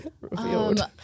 Revealed